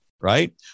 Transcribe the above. right